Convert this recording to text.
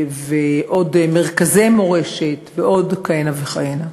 במרכזי מורשת ועוד כהנה וכהנה.